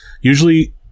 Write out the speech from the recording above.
Usually